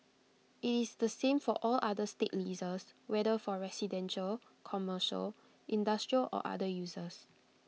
IT is the same for all other state leases whether for residential commercial industrial or other uses